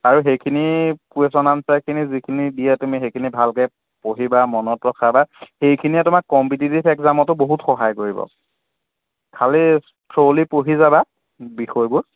আৰু সেইখিনি কোৱেচন আঞ্চাৰখিনি যিখিনি দিয়ে তুমি সেইখিনি ভালকৈ পঢ়িবা মনত ৰখাবা সেইখিনিয়ে তোমাক কম্পিটিটিভ এক্সামতো বহুত সহায় কৰিব খালি থ্ৰ'লি পঢ়ি যাবা বিষয়বোৰ